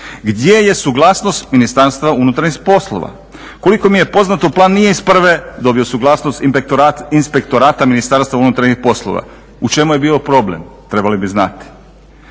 Gdje je suglasnost Ministarstva unutarnjih poslova? Koliko mi je poznato plan nije iz prve dobio suglasnost Inspektorata Ministarstva unutarnjih poslova. U čemu je bio problem trebali bi znati.